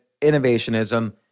innovationism